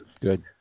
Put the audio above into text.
good